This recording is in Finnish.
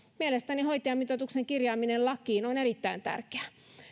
mielestäni hoitajamitoituksen kirjaaminen lakiin on erittäin tärkeää